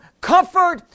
comfort